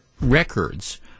records